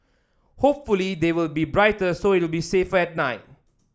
hopefully they will be brighter so it'll be safer at night